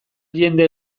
jende